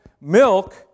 Milk